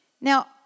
Now